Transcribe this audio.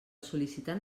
sol·licitant